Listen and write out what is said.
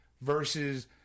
versus